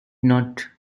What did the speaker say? not